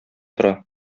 тора